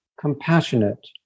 compassionate